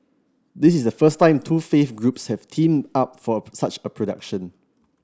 this is the first time two faith groups have teamed up for such a production